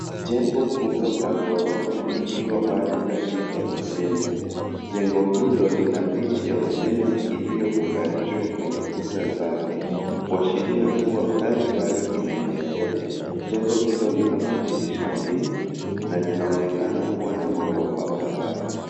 Jengo kubwa la ghorofa likiwa bado katika ujenzi. Jengo hilo lina miti ya ujenzi iliyounganishwa kwenye kuta zake kuashiria kuwa kazi bado inaendelea. Jengo hilo lina madirisha mengi na linaonekana kuwa na ghorofa kadhaa.